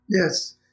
Yes